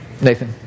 Nathan